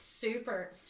super